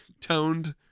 toned